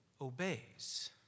obeys